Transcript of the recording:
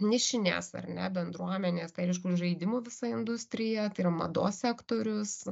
nišinės ar ne bendruomenės tai aišku žaidimų visa industrija tai yra mados sektorius